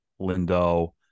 Lindo